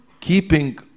keeping